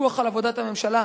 על עבודת הממשלה,